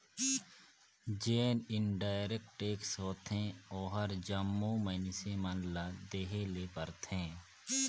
जेन indirect tax होथे ओहर जम्मो मइनसे मन ल देहे ले परथे